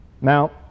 Now